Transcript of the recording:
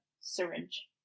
syringe